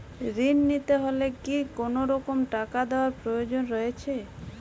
ঋণ নিতে হলে কি কোনরকম টাকা দেওয়ার প্রয়োজন রয়েছে?